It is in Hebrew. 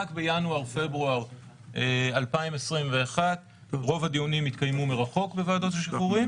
רק בינואר-פברואר 2021 רוב הדיונים התקיימו מרחוק בוועדות השחרורים.